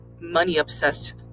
money-obsessed